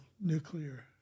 nuclear